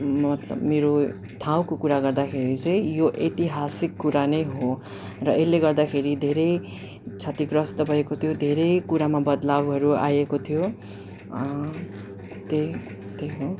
मतलब मेरो ठाउँको कुरा गर्दाखेरि चाहिँ यो ऐतिहासिक कुरा नै हो र यसले गर्दाखेरि धेरै क्षतिग्रस्त भएको त्यो धेरै कुरामा बदलावहरू आएको थियो त्यही त्यही हो